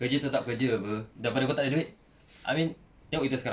kerja tetap kerja apa daripada kau takde duit I mean tengok kita sekarang